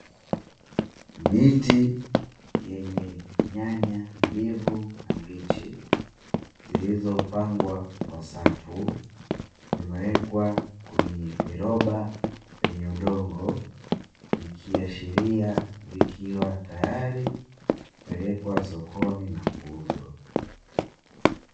Miti yenye nyaya mbivu na mbichi zilizopangwa kwa safu zimewekwa kwenye viroba vyenye udongo, ikiashiria vikiwa tayari kupelekwa sokoni na kuuzwa.